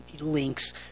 links